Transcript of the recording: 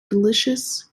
delicious